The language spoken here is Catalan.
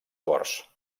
corts